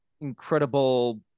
incredible